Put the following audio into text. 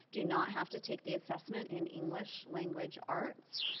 do not have to take the assessment in english language arts.